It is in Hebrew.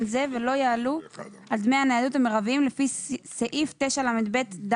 זה ולא יעלו על דמי הניידות המרביים לפי סעיף 9לב(ד)(2)(א)